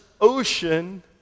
ocean